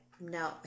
no